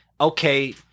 okay